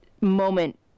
moment